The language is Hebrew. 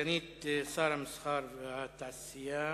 סגנית שר המסחר, התעשייה